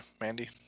mandy